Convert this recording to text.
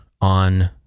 on